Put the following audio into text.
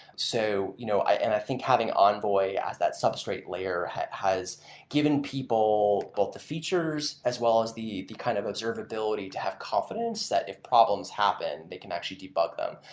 so you know i and i think having envoy as that substrate layer has given people both the features, as well as the the kind of observability to have confidence, that if problems happen, they can actually debug them.